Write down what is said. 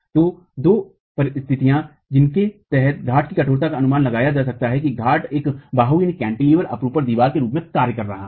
तो दो स्थितियां जिनके तहत घाट की कठोरता का अनुमान लगाया जा सकता है कि घाट एक बाहू अपरूपण दीवार के रूप में कार्य कर रहा है